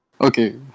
Okay